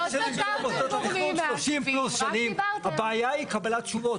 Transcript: שלושים פלוס, הבעיה היא קבלת תשובות.